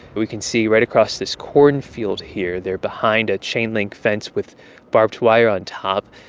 we can see right across this cornfield here they're behind a chain-link fence with barbed wire on top.